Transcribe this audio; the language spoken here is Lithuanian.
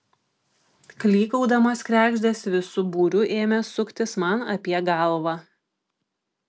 klykaudamos kregždės visu būriu ėmė suktis man apie galvą